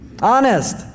Honest